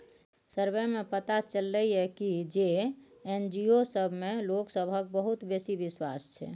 survey सँ पता चलले ये की जे एन.जी.ओ सब मे लोक सबहक बहुत बेसी बिश्वास छै